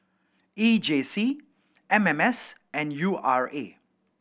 E J C M M S and U R A